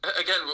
again